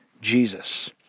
Jesus